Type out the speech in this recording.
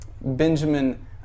Benjamin